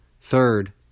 Third